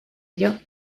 ello